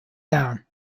down